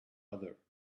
other